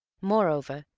moreover,